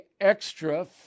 extra